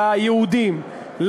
ליהודים,